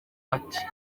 ati